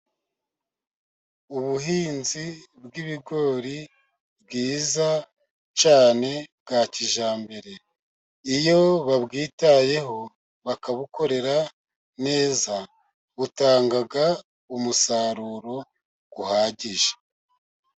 Ubuhinzi bw' ibigori bwiza cyane bwa kijyambere iyo babwitayeho, bakabukorera neza butanga umusaruro uhagije.